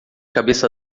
cabeça